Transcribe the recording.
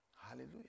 Hallelujah